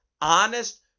honest